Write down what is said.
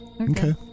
Okay